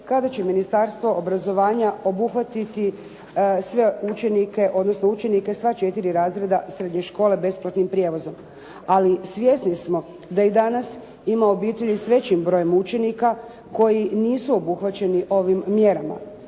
kada će Ministarstvo obrazovanja obuhvatiti sve učenike odnosno učenike sva četiri razreda srednje škole besplatnim prijevozom. Ali svjesni smo da i danas ima obitelji s većim brojem učenika koji nisu obuhvaćeni ovim mjerama.